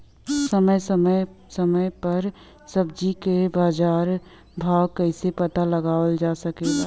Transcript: समय समय समय पर सब्जी क बाजार भाव कइसे पता लगावल जा सकेला?